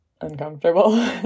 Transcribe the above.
uncomfortable